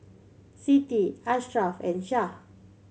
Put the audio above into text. Siti Ashraff and Syah